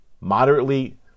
moderately